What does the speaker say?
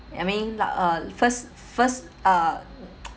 I mean like a first first uh